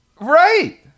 Right